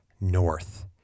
north